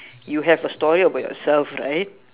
you have a story about yourself right